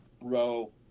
row